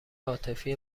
عاطفی